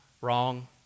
Wrong